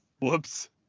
Whoops